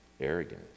arrogant